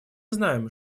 знаем